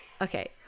Okay